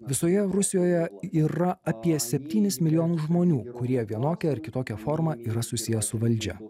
visoje rusijoje yra apie septynis milijonus žmonių kurie vienokia ar kitokia forma yra susiję su valdžia